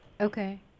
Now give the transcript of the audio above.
Okay